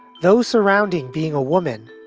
those surrounding being a woman,